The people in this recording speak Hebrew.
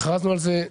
הכרזנו על זה,